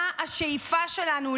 מה השאיפה שלנו?